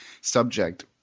subject